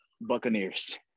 Buccaneers